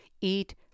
eat